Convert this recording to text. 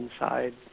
inside